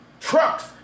trucks